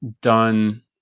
done